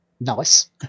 Nice